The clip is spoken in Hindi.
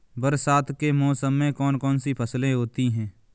बरसात के मौसम में कौन कौन सी फसलें होती हैं?